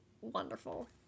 wonderful